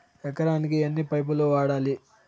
ఎకరాకి ఎన్ని పైపులు వాడాలి?